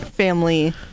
family